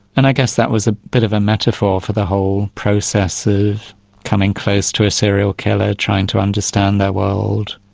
and i guess that was a bit of a metaphor for the whole process of coming close to ah serial killer, trying to understand their world,